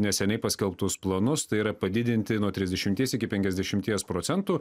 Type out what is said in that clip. neseniai paskelbtus planus tai yra padidinti nuo trisdešimties iki penkiasdešimties procentų